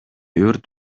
өрт